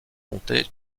compté